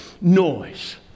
noise